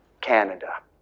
Canada